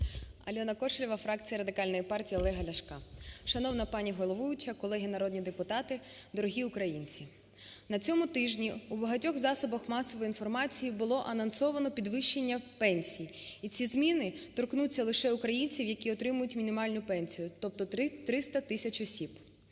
АльонаКошелєва, фракція Радикальної партії Олега Ляшка. Шановна пані головуюча, колеги народні депутати, дорогі українці! На цьому тижні у багатьох засобах масової інформації було анонсовано підвищення пенсій, і ці зміни торкнуться лише українців, які отримують мінімальну пенсію, тобто 300 тисяч осіб.